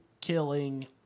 killing